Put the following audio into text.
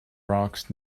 rocks